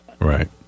Right